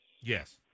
Yes